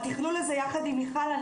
בתכלול הזה יחד עם מיכל,